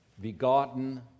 begotten